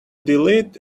delete